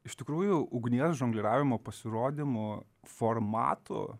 iš tikrųjų ugnies žongliravimo pasirodymų formatų